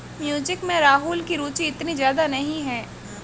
music में राहुल की रुचि इतनी ज्यादा नहीं है